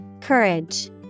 Courage